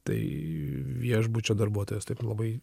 tai viešbučio darbuotojas taip labai